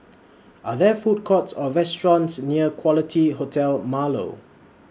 Are There Food Courts Or restaurants near Quality Hotel Marlow